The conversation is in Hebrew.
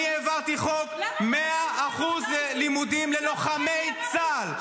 אני העברתי חוק 100% לימודים ללוחמי צה"ל.